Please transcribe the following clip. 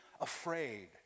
afraid